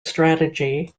strategy